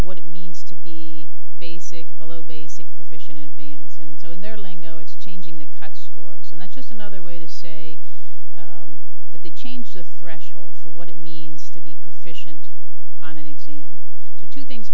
what it means to be basic below basic position in advance and so in their lingo it's changing the cut scores and that's just another way to say that they change the threshold for what it means to be proficiency on an exam so two things